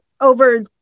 over